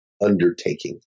undertaking